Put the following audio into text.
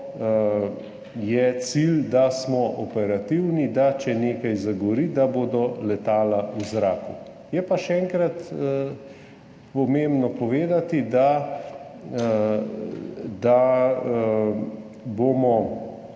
je cilj, da smo operativni, da če nekaj zagori, da bodo letala v zraku. Je pa še enkrat pomembno povedati, da je